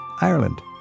Ireland